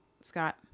Scott